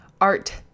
art